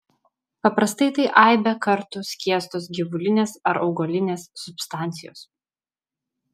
paprastai tai aibę kartų skiestos gyvulinės ar augalinės substancijos